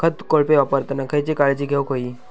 खत कोळपे वापरताना खयची काळजी घेऊक व्हयी?